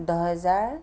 দহ হাজাৰ